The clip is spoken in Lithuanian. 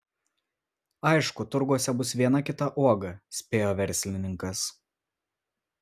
aišku turguose bus viena kita uoga spėjo verslininkas